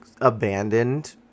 abandoned